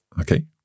Okay